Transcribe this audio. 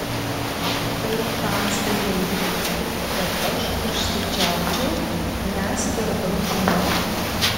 ak tai tamstai reikia kad aš užsičiaupčiau nes per daug žinau